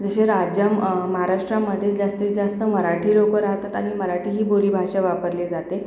जसे राज्या महाराष्ट्रामध्ये जास्तीत जास्त मराठी लोकं राहतात आणि मराठी ही बोली भाषा वापरली जाते